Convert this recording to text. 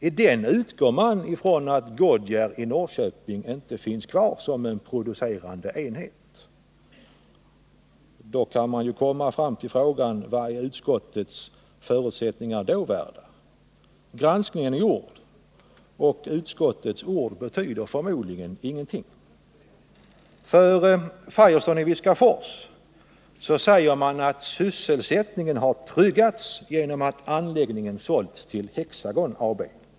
I den utgår man från att Goodyear i Norrköping inte finns kvar som en producerande enhet. Då kan man ju fråga sig: Vad är utskottets förutsättningar då värda? Granskningen är gjord och utskottets ord betyder förmodligen ingenting. Beträffande Firestones i Viskafors säger man att sysselsättningen har tryggats genom att anläggningen sålts till Hexagon AB.